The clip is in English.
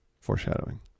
Foreshadowing